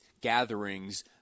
gatherings